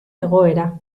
egoera